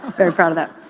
very proud of that.